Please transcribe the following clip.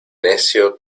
necio